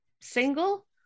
single